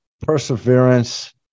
Perseverance